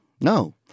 No